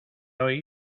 hoy